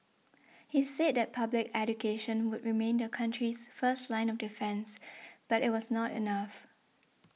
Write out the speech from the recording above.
he said that public education would remain the country's first line of defence but it was not enough